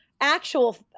actual